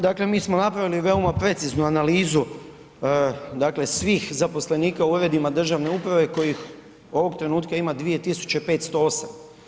Dakle, mi smo napravili veoma preciznu analizu dakle svih zaposlenika u uredima državne uprave kojih ovog trenutka ima 2508.